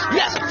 yes